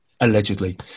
Allegedly